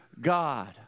God